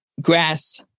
grass